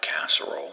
casserole